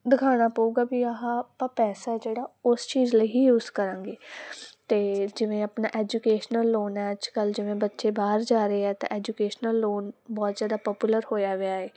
ਦਿਖਾਉਣਾ ਪਊਗਾ ਵੀ ਆਹ ਆਪਾਂ ਪੈਸਾ ਜਿਹੜਾ ਉਸ ਚੀਜ਼ ਲਈ ਹੀ ਯੂਸ ਕਰਾਂਗੇ ਅਤੇ ਜਿਵੇਂ ਆਪਣਾ ਐਜੂਕੇਸ਼ਨਲ ਲੋਨ ਹੈ ਅੱਜ ਕੱਲ੍ਹ ਜਿਵੇਂ ਬੱਚੇ ਬਾਹਰ ਜਾ ਰਹੇ ਹੈ ਤਾਂ ਐਜੂਕੇਸ਼ਨਲ ਲੋਨ ਬਹੁਤ ਜ਼ਿਆਦਾ ਪਾਪੂਲਰ ਹੋਇਆ ਪਿਆ ਹੈ